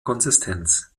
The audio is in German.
konsistenz